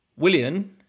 William